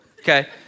Okay